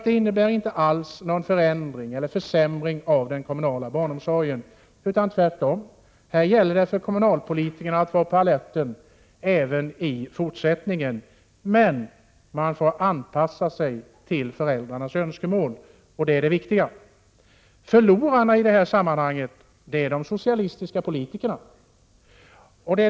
Det innebär alltså inte någon förändring eller försämring av den kommunala barnomsorgen, utan tvärtom — här gäller det för kommunalpolitikerna att vara på alerten även i fortsättningen. Men man får anpassa sig till föräldrarnas önskemål, och det är det viktiga. Förlorarna i det här sammanhanget är de socialistiska politikerna.